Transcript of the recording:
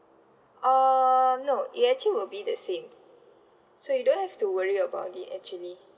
uh no it actually will be the same so you don't have to worry about it actually